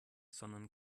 sondern